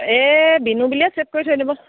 এই বিনু বুলিয়ে চেভ কৰি থৈ দিব